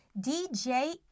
dj